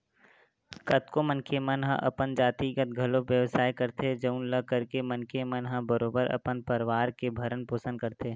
कतको मनखे मन हा अपन जातिगत घलो बेवसाय करथे जउन ल करके मनखे मन ह बरोबर अपन परवार के भरन पोसन करथे